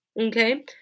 Okay